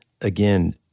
again